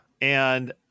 And-